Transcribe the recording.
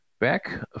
back